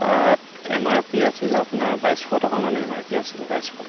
তাত M R P আছিল আপোনাৰ বাইছশ টকা মানেই এম আৰ পি আছিল বাইছশ টকা